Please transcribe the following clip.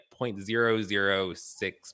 0.006